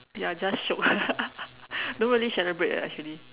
ya just shiok don't really celebrate eh actually